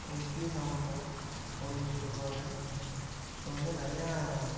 இட்லி சாப்பிட்ணும் அப்படினு சொல்லி சொல்வாங்க அது வந்து நிறையா